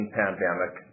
pandemic